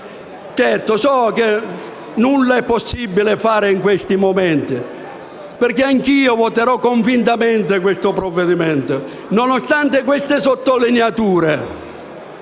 Certo, so che non è possibile fare nulla in questi momenti e anche io voterò convintamente il provvedimento nonostante queste sottolineature.